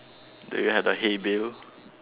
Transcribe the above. do you have the hey Bill